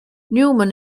newman